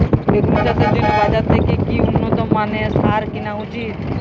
বেগুন চাষের জন্য বাজার থেকে কি উন্নত মানের সার কিনা উচিৎ?